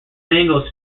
mango